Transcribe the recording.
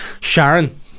sharon